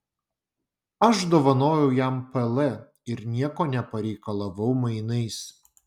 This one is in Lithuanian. aš dovanojau jam pl ir nieko nepareikalavau mainais